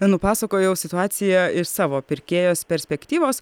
nupasakojau situaciją iš savo pirkėjos perspektyvos